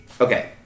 Okay